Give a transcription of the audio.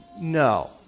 No